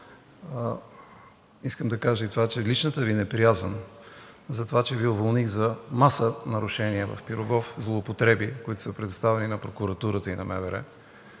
искам да кажа и това, че личната Ви неприязън за това, че Ви уволних за маса нарушения в „Пирогов“, злоупотреби, които са предоставени на прокуратурата и на МВР,